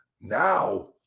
now